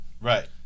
Right